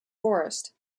forest